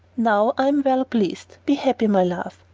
now i am well pleased. be happy, my love.